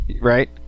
right